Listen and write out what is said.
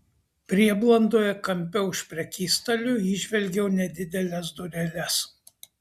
prieblandoje kampe už prekystalio įžvelgiau nedideles dureles